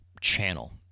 channel